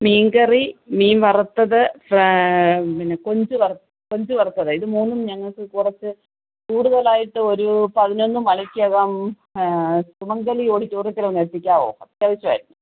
മീൻകറി മീൻ വറുത്തത് പിന്നെ കൊഞ്ച് കൊഞ്ച് വറുത്തത് ഇത് മൂന്നും ഞങ്ങൾക്ക് കുറച്ച് കൂടുതലായിട്ട് ഒരു പതിനൊന്ന് മണിക്കകം സുമംഗലി ഓഡിറ്റോറിയത്തിലൊന്ന് എത്തിക്കാമോ അത്യാവശ്യമായിരുന്നു